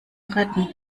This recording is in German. retten